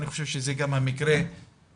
אני חושב שזה גם המקרה שחברינו,